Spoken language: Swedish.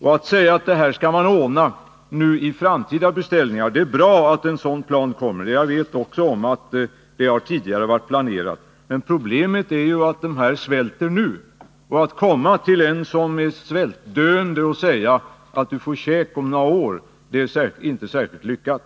Man säger att detta skall man ordna vid framtida beställningar. Det är bra att en sådan plan kommer. Jag vet också att det tidigare har varit planerat. Men problemet är ju att företaget i fråga svälter nu. Och att komma till en som är svältdöende och säga att ”du får käk om några år”, det är inte särskilt lyckat.